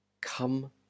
Come